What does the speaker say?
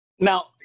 Now